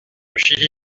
chili